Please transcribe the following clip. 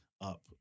up